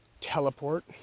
teleport